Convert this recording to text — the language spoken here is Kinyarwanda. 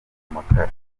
amakara